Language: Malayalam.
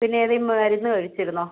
പിന്നെ ഏതേലും മരുന്ന് കഴിച്ചിരുന്നോ